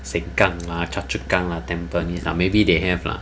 sengkang lah choa chu kang lah tampines maybe they have lah